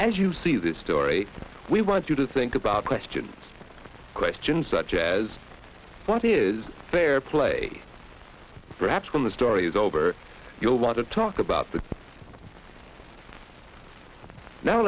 as you see this story we want you to think about questions questions such as what is fair play perhaps when the story is over you'll want to talk about that now